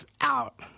Out